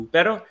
Pero